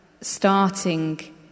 starting